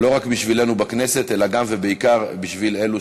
לא רק בשבילנו בכנסת אלא גם ובעיקר בשביל אלו